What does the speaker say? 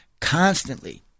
constantly